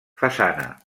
façana